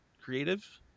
creative